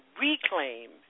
reclaim